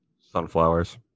Sunflowers